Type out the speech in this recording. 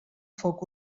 foc